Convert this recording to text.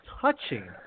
touching –